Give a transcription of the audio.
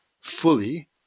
fully